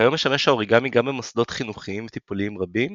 כיום משמש האוריגמי גם במוסדות חינוכיים וטיפוליים רבים